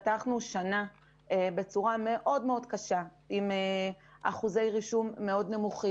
פתחנו שנה בצורה מאוד קשה עם אחוזי רישום נמוכים,